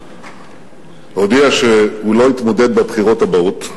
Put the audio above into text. הודיע שהוא לא יתמודד בבחירות הבאות,